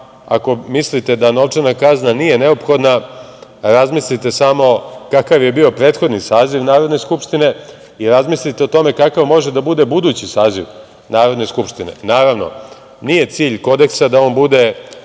Ako mislite da novčana kazna nije neophodna, razmislite samo kakav je bio prethodni saziv Narodne skupštine i razmislite o tome kakav može da bude budući saziv Narodne skupštine. Naravno, nije cilj Kodeksa da on bude